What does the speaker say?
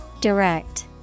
Direct